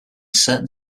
certain